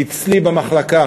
אצלי במחלקה.